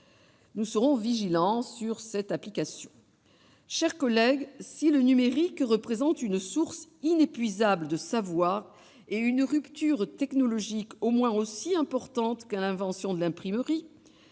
Nous serons vigilants sur ce point. Mes chers collègues, si le numérique représente une source inépuisable de savoir et une rupture technologique au moins aussi importante que l'invention de l'imprimerie,